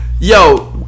Yo